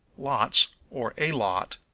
lots, or a lot,